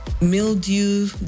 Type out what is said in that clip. Mildew